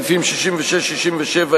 סעיפים 66 ו-67,